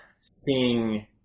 Seeing